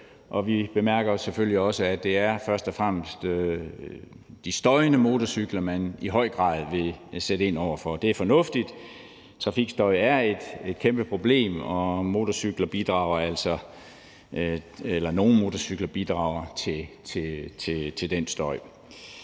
selvfølgelig også, at det først og fremmest er de støjende motorcykler, man i høj grad vil sætte ind over for. Det er fornuftigt. Trafikstøj er et kæmpeproblem, og nogle motorcykler bidrager altså til den støj.